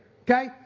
Okay